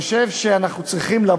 אבל אם אתם חושבים שזה מתווה נכון